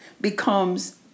becomes